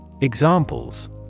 Examples